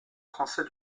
français